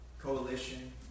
coalition